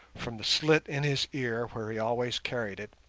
from the slit in his ear where he always carried it,